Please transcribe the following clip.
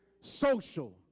social